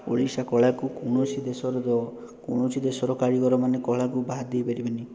ଓଡ଼ିଶା କଳାକୁ କୌଣସି ଦେଶର କୌଣସି ଦେଶର କାରିଗରମାନେ କଳାକୁ ବାଦ ଦେଇ ପାରିବେନି